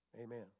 Amen